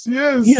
yes